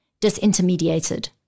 disintermediated